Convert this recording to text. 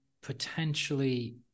potentially